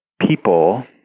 people